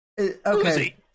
Okay